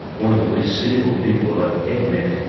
one of the least cynical people i have ever met,